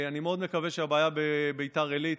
אני מאוד מקווה שהבעיה בביתר עילית,